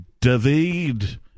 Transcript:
David